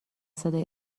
صدای